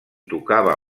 tocava